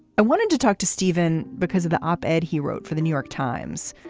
i wanted to talk to stephen because of the op ed he wrote for the new york times,